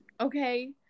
Okay